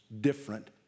different